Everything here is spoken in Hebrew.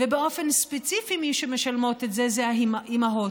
ובאופן ספציפי מי שמשלמות את זה הן האימהות,